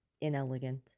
inelegant